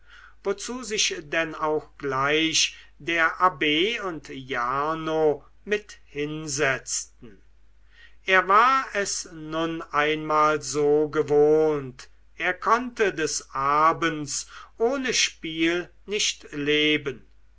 wozu sich denn auch gleich der abb und jarno mit hinsetzten er war es nun einmal so gewohnt er konnte des abends ohne spiel nicht leben